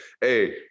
Hey